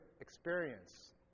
experience